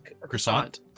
croissant